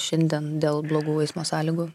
šiandien dėl blogų eismo sąlygų